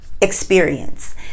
experience